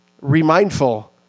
remindful